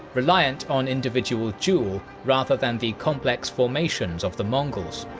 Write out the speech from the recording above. reliant on individual duel, rather than the complex formations of the mongols.